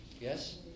Yes